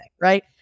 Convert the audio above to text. right